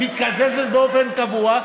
מתקזזת באופן קבוע,